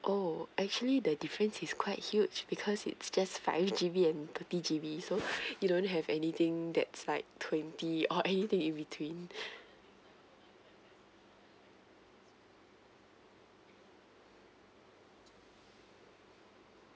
oh actually the difference is quite huge because it's just five G_B and thirty G_B so you don't have anything that's like twenty or anything in between